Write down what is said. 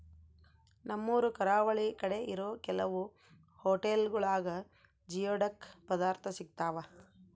ನಮ್ಮೂರು ಕರಾವಳಿ ಕಡೆ ಇರೋ ಕೆಲವು ಹೊಟೆಲ್ಗುಳಾಗ ಜಿಯೋಡಕ್ ಪದಾರ್ಥ ಸಿಗ್ತಾವ